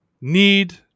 need